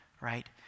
right